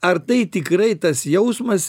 ar tai tikrai tas jausmas